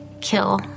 kill